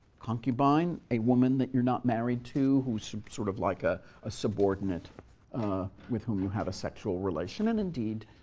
concubine a woman that you're not married to who's sort of like ah a subordinate with whom you have a sexual relation. and indeed,